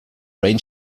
rain